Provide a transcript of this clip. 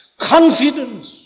confidence